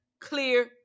clear